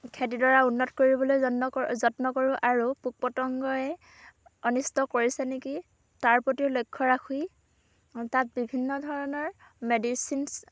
খেতিডৰা উন্নত কৰিবলৈ যত্ন কৰোঁ যত্ন কৰোঁ আৰু পোক পতংগই অনিষ্ট কৰিছে নেকি তাৰ প্ৰতিও লক্ষ্য ৰাখি তাত বিভিন্ন ধৰণৰ মেডিচিনছ্